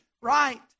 right